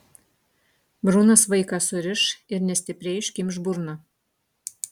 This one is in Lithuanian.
brunas vaiką suriš ir nestipriai užkimš burną